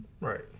right